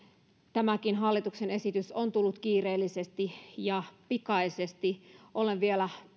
tämäkin hallituksen esitys on tullut kiireellisesti ja pikaisesti ollen vielä